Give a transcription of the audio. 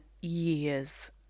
years